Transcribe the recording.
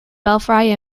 belfry